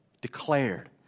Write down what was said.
declared